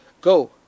go